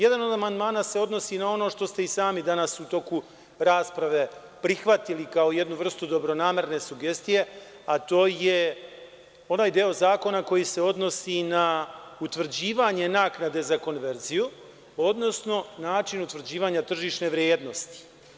Jedan od amandmana se odnosi na ono što ste i sami u toku rasprave prihvatili kao jednu vrstu dobronamerne sugestije, a to je onaj deo zakona koji se odnosi na utvrđivanje naknade za konverziju, odnosno način utvrđivanja tržišne vrednosti.